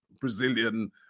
Brazilian